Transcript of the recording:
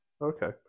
Okay